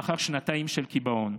לאחר שנתיים של קיבעון.